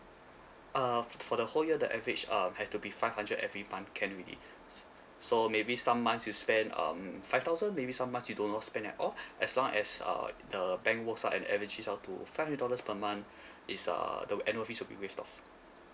uh for the whole year the average um have to be five hundred every month can already so maybe some months you spend um five thousand maybe some months you don't spend at all as long as uh the bank works out an averages out to five hundred dollars per month is uh the annual fees will be waived off